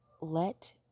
Let